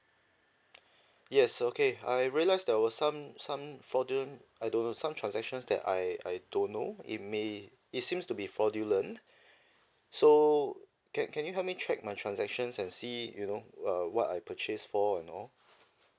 yes okay I realise there was some some fraudulent I don't know some transactions that I I don't know it may it seems to be fraudulent so ca~ can you help me check my transaction and see you know err what I purchase for and all